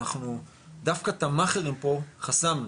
אנחנו דווקא את המאכערים פה חסמנו,